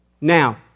Now